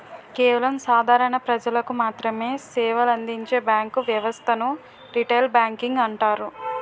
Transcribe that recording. కేవలం సాధారణ ప్రజలకు మాత్రమె సేవలందించే బ్యాంకు వ్యవస్థను రిటైల్ బ్యాంకింగ్ అంటారు